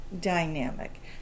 dynamic